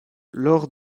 lors